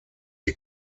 die